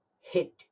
hit